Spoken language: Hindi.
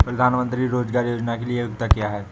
प्रधानमंत्री रोज़गार योजना के लिए योग्यता क्या है?